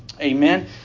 Amen